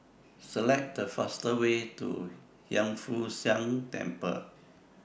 Select The fastest Way to Hiang Foo Siang Temple